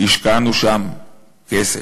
השקענו שם כסף.